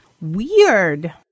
Weird